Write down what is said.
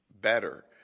better